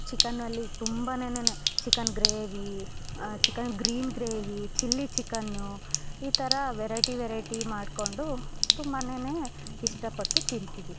ಚಿಕನಲ್ಲಿ ತುಂಬನೆನೇ chicken gravy chicken green gravy chilli ಚಿಕನ್ನು ಈ ಥರ ವೆರೈಟಿ ವೆರೈಟಿ ಮಾಡ್ಕೊಂಡು ತುಂಬನೇ ಇಷ್ಟ ಪಟ್ಟು ತಿಂತೀವಿ